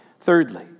Thirdly